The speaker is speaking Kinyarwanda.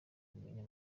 kumenya